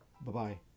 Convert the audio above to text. Bye-bye